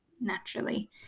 naturally